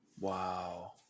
Wow